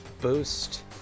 boost